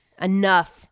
Enough